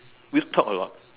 we've talked a lot